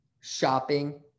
shopping